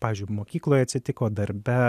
pavyzdžiui mokykloj atsitiko darbe